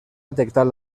detectat